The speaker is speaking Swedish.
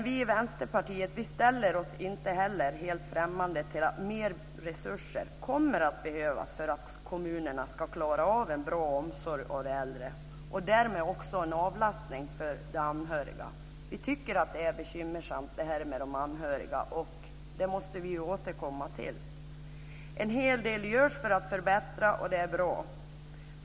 Vi i Vänsterpartiet ställer oss inte heller helt främmande för att mer resurser kommer att behövas för att kommunerna ska klara av en bra omsorg om de äldre och därmed också en avlastning för de anhöriga. Vi tycker att detta med de anhöriga är bekymmersamt, och det måste vi återkomma till. En hel del görs för att förbättra, och det är bra.